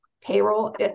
payroll